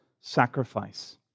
sacrifice